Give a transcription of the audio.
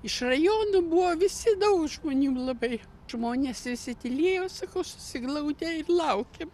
iš rajonų buvo visi daug žmonių labai žmonės visi tylėjo sakau susiglaudę ir laukėm